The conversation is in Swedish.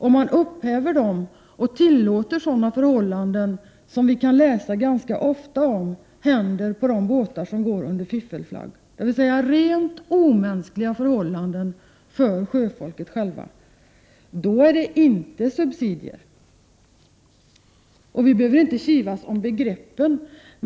Om man är beredd att gå över lik och tillåta sådana förhållanden som råder på de båtar som går under fiffelflagg, de rent omänskliga förhållanden för sjöfolket som vi ofta kan läsa om, då är det inte subsidier. Vi behöver inte kivas om begreppen.